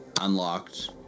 Unlocked